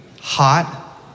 hot